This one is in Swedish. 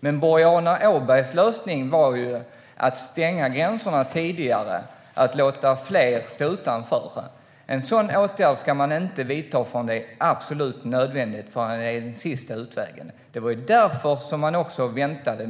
Men Boriana Åbergs lösning var att stänga gränserna tidigare och att låta fler stå utanför. En sådan åtgärd ska man inte vidta förrän det är absolut nödvändigt som en sista utväg. Det var därför som man väntade